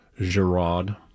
Gerard